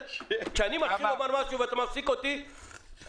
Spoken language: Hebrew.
כשאני מתחיל לומר משהו ואתה מפסיק אותי פעם